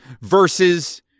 versus